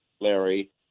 Larry